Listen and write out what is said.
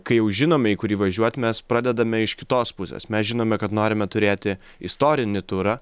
kai jau žinome į kurį važiuot mes pradedame iš kitos pusės mes žinome kad norime turėti istorinį turą